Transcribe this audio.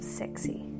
sexy